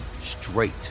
straight